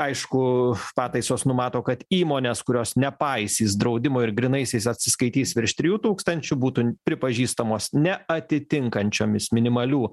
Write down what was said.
aišku pataisos numato kad įmonės kurios nepaisys draudimo ir grynaisiais atsiskaitys virš trijų tūkstančių būtų pripažįstamos neatitinkančiomis minimalių